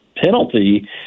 penalty